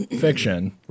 fiction